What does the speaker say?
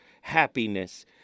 happiness